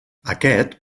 aquest